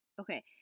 Okay